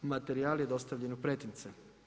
Materijal je dostavljen u pretince.